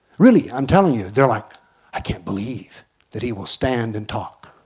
really, i'm telling you. they're like i can't believe that he will stand and talk